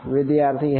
વિદ્યાર્થી હા